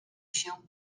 się